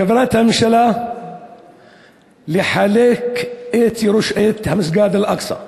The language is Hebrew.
בכוונת הממשלה לחלק את מסגד אל-אקצא,